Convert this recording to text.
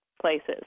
places